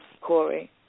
Corey